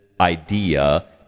idea